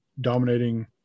dominating